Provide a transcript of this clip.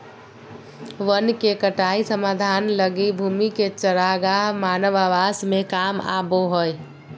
वन के कटाई समाधान लगी भूमि के चरागाह मानव आवास में काम आबो हइ